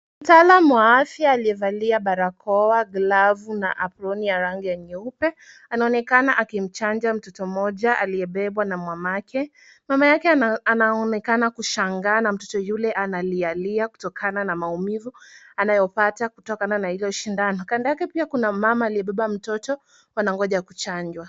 Mtaalamu wa afya aliyevalia barakoa, glavu na aproni ya rangi ya nyeupe anaonekana akimchanja mtoto mmoja aliyebebwa na mamake. Mama yake anaonekana kushangaa na mtoto yule analialia kutokana na maumivu anayopata kutokana na ile sindano. Kando yake pia kuna mama aliyebeba mtoto wanangoja kuchanjwa.